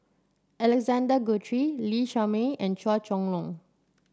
Alexander Guthrie Lee Shermay and Chua Chong Long